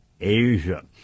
Asia